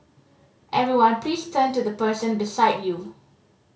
everyone please turn to the person beside you